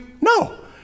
No